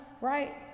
right